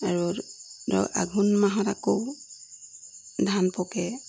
আৰু ধৰক আঘোণ মাহত আকৌ ধান পকে